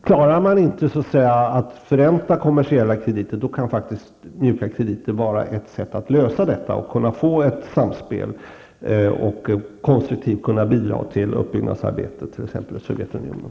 Klarar man inte att förränta kommersiella krediter, kan faktiskt mjuka krediter vara en bra framgångsväg, som leder till ett samspel och till konstruktiva bidrag till uppbyggnadsarbetet i t.ex. Sovjetunionen.